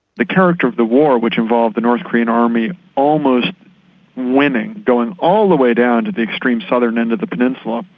the character of the war which involved the north korean army almost winning, going all the way down to the extreme southern end of the peninsula,